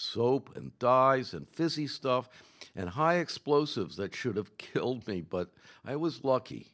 soap and dyes and fizzy stuff and high explosives that should have killed me but i was lucky